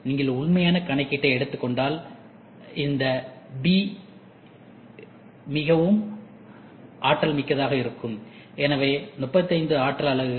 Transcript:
நீங்கள் உண்மையான கணக்கீட்டை எடுத்துக்கொண்டால் இந்த பி மிகவும் ஆற்றல் மிக்கதாக இருக்கும் எனவே 35 ஆற்றல்அலகுகள்